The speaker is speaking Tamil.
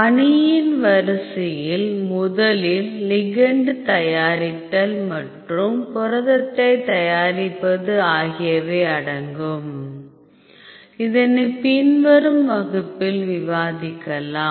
பணியின் வரிசையில் முதலில் லிகெண்ட் தயாரித்தல் மற்றும் புரதத்தை தயாரிப்பது ஆகியவை அடங்கும் இதனை பின்வரும் வகுப்பில் விவாதிக்கலாம்